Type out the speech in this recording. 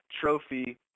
Trophy